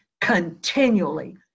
continually